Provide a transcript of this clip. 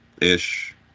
ish